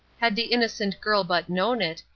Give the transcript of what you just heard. had the innocent girl but known it,